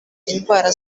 indwara